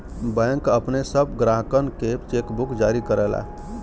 bank अपने सब ग्राहकनके चेकबुक जारी करला